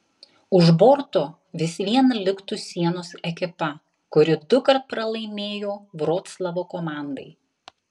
už borto vis vien liktų sienos ekipa kuri dukart pralaimėjo vroclavo komandai